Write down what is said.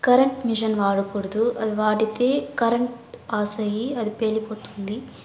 current machine వాడకూడదు అది వాడితే కరెంట్ పాసయ్యి అది పేలిపోతుంది